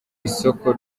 isoko